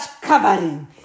covering